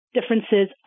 differences